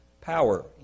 power